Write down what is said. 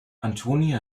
antonia